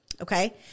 okay